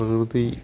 പ്രകൃതി